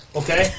okay